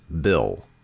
bill